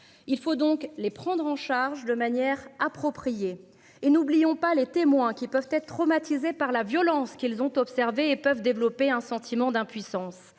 Il faut donc les prendre en charge de manière appropriée et n'oublions pas les témoins qui peuvent être traumatisés par la violence qu'ils ont observé et peuvent développer un sentiment d'impuissance.